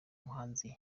muhanzi